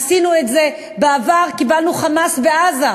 עשינו את זה בעבר, קיבלנו "חמאס" בעזה.